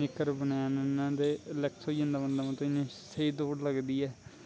निक्कर बनैन ते रलैक्स होई जंदा बंदा स्हेई दौड़लगदी ऐ